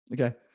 okay